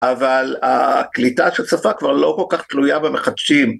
אבל הקליטה של שפה כבר לא כל כך תלויה במחדשים.